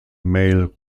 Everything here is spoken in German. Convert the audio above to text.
mail